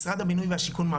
משרד הבינוי והשיכון,